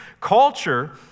Culture